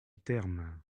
terme